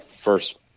First